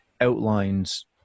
outlines